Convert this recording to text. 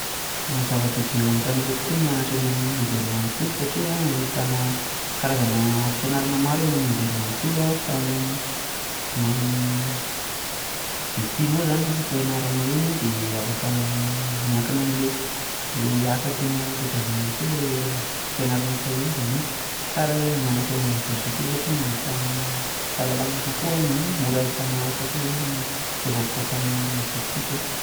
Zava-dehibe hoan'ny tanora tokoa ny mianatra eny amin'ny anjerimanontolo satria ahitana karazana fianarana maro eny amin'ny anjerimanontolo ahafahanao m izay tianao izany afaka hianaranao eny a, miankina amin'ilay le asa tianao ho tadiavina izany koa izay fianarana atao eny izany hoe tsara ny mianatra eny amin'ny oniversite satria mba ahitana fahalalana kokoa no mora ahitana asa koa izany rehefa mivoaka amin'ny oniversite.